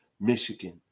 michigan